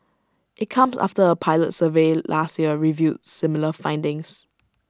IT comes after A pilot survey last year revealed similar findings